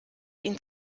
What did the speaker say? ihn